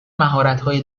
مهارتهای